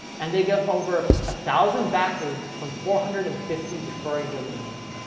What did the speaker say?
and they get over a thousand backlinks from four hundred and fifty referring domain names.